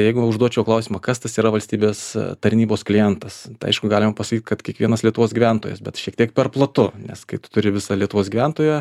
jeigu užduočiau klausimą kas tas yra valstybės tarnybos klientas aišku galima pasakyt kad kiekvienas lietuvos gyventojas bet šiek tiek per platu nes kai turi visą lietuvos gyventoją